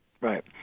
right